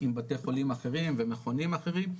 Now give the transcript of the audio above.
עם בתי חולים אחרים ומכונים אחרים,